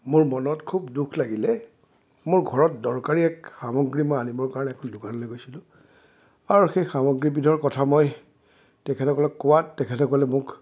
মোৰ মনত খুব দুখ লাগিলে মোৰ ঘৰৰ দৰকাৰী এক সামগ্ৰী মই আনিবৰ কাৰণে এখন দোকানলৈ গৈছিলোঁ আৰু সেই সামগ্ৰীবিধৰ কথা মই তেখেতসকলক কোৱাত তেখেতসকলে মোক